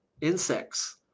insects